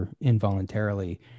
involuntarily